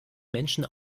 menschen